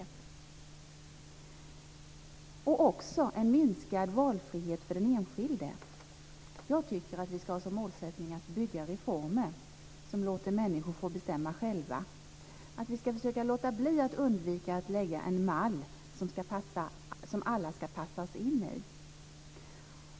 Det skulle också bli minskad valfrihet för den enskilde. Jag tycker att vi ska ha som målsättning att genomföra reformer som låter människor bestämma själva. Jag tycker att vi ska försöka låta bli att lägga en mall som alla ska passas in i.